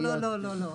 לא, לא.